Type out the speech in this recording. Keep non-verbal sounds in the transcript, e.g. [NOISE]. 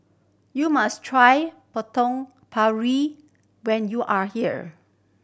you must try [UNINTELLIGIBLE] when you are here